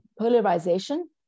polarization